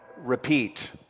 repeat